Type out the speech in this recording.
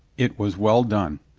it was well done.